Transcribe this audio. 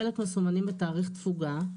חלק מסומנים בתאריך תפוגה,